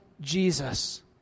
Jesus